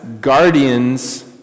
guardians